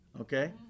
okay